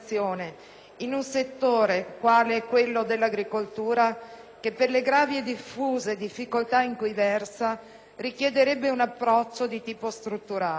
in un settore quale quello dell'agricoltura che, per le gravi e diffuse difficoltà in cui versa, richiederebbe un approccio di tipo strutturale.